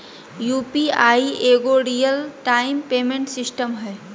UPI एगो real time payment system हइ